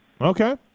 Okay